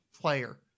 player